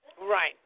Right